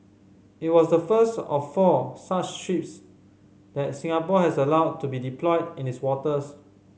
it was the first of four such ships that Singapore has allowed to be deployed in its waters